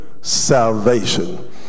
salvation